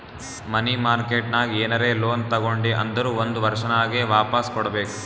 ಮನಿ market ನಾಗ್ ಏನರೆ loan ತಗೊಂಡಿ ಅಂದುರ್ ಒಂದ್ ವರ್ಷನಾಗೆ ವಾಪಾಸ್ ಕೊಡ್ಬೇಕ್